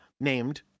named